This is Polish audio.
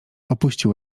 opuścił